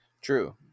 True